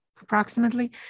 approximately